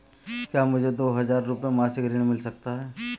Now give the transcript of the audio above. क्या मुझे दो हज़ार रुपये मासिक ऋण मिल सकता है?